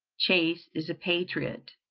chase is a patriot,